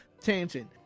Tangent